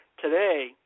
today